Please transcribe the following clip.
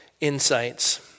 insights